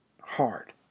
Hard